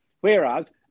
Whereas